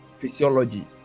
physiology